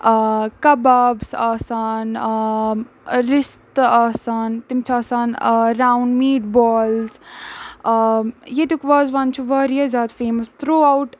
kebabs آسان رِستہٕ آسان تِم چھِ آسان راوُنٛڈ میٖٹ بالٕز ییٚتیُک وازوان چھُ واریاہ زیادٕ فیمَس تھرٛوٗ آوُٹ